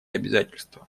обязательства